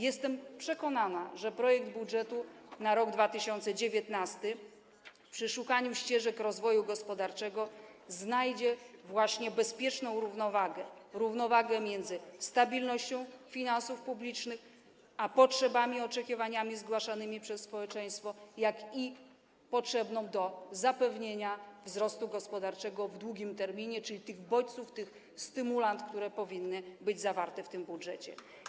Jestem przekonana, że projekt budżetu na rok 2019 przy szukaniu ścieżek rozwoju gospodarczego znajdzie bezpieczną równowagę - równowagę między stabilnością finansów publicznych a potrzebami i oczekiwaniami zgłaszanymi przez społeczeństwo, jak i potrzebną do zapewnienia wzrostu gospodarczego w długim terminie, czyli tych bodźców, tych stymulant, które powinny być zawarte w tym budżecie.